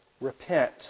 repent